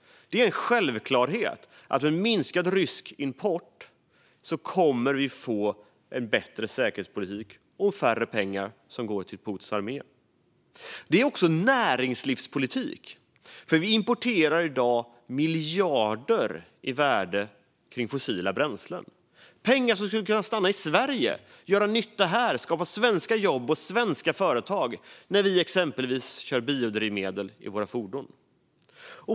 Det är en självklarhet att vi får en bättre säkerhetspolitik med minskad rysk import, och det blir mindre pengar som går till Putins armé. Klimatfrågan handlar också om näringslivspolitik, för vi importerar i dag fossila bränslen till ett värde av miljarder - pengar som skulle kunna stanna i Sverige, göra nytta här och skapa svenska jobb och svenska företag när vi exempelvis kör med biodrivmedel i våra fordon.